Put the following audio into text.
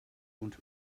und